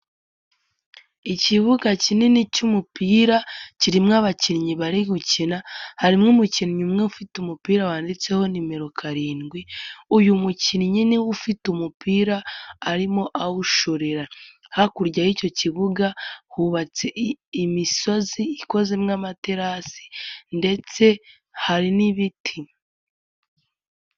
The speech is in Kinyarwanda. Ikibuga kinini cy'umupira kirimo abakinnyi bari gukina harimo umukinnyi umwe ufite umupira wanditseho nimero karindwi, uyu mukinnyi niwe ufite umupira arimo awushorera. Hakurya y'icyo kibuga hubatse imisozi ikozemo amaterasi ndetse hari n'ibiti.